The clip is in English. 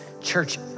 church